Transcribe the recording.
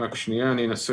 מרכזיות ואני אנסה